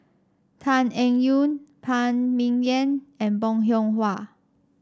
Tan Eng Yoon Phan Ming Yen and Bong Hiong Hwa